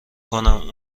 کنم